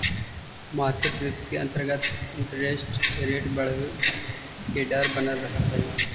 market risk के अंतर्गत interest rate बढ़वे के डर बनल रहऽ हई